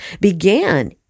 began